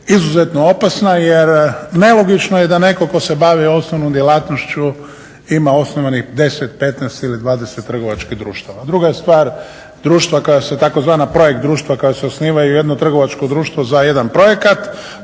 izuzetno opasna jer nelogično je da neko tko se bavi osnovnom djelatnošću ima osnovani 10, 15 ili 20 trgovačkih društava. Druga stvar, društva koja se tzv. projekt društva koja se osnivaju, jedno trgovačko društvo za jedan projekat.